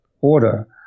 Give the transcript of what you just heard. order